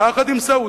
יחד עם סעודיה.